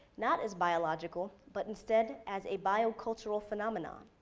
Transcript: not as biological, but instead as a biocultural phenomenon.